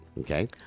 Okay